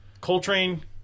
Coltrane